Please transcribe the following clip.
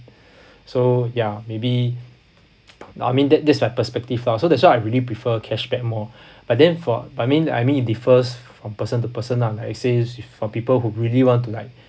so ya maybe I mean that that's my perspective lah so that's why I really prefer cashback more but then for but I mean I mean it differs from person to person lah like you say for people who really want to like